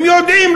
הם יודעים,